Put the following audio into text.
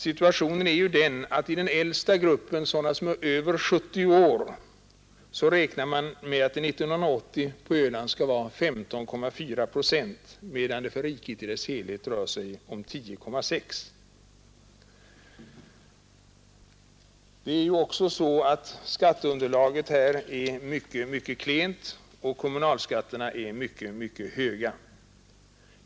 Man räknar med att den äldsta gruppen — sådana som är över 70 år — 1980 kommer att utgöra 15,4 procent på Öland, medan andelen för riket i dess helhet är 10,6 procent. Skatteunderlaget är också mycket klent, och kommunalskatterna är mycket höga.